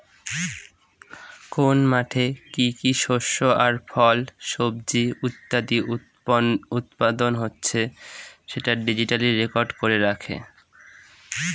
কোন মাঠে কি কি শস্য আর ফল, সবজি ইত্যাদি উৎপাদন হচ্ছে সেটা ডিজিটালি রেকর্ড করে রাখে